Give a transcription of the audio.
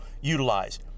utilize